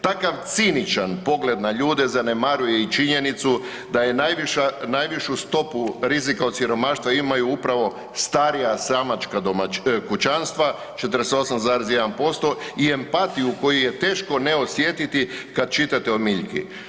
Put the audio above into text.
Takav ciničan pogled na ljude zanemaruje i činjenicu da je najviša, najvišu stopu rizika od siromaštva imaju upravo starija samačka kućanstva 48,1% i empatiju koju je teško ne osjetiti kad čitate o Miljki.